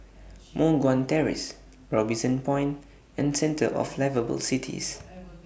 Moh Guan Terrace Robinson Point and Centre of Liveable Cities